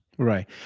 Right